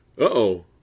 Uh-oh